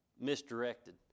misdirected